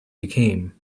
became